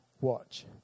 watch